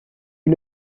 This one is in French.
est